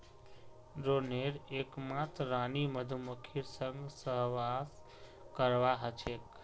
ड्रोनेर एकमात रानी मधुमक्खीर संग सहवास करवा ह छेक